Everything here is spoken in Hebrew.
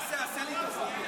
עשה, עשה לי טובה.